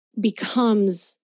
becomes